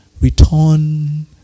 Return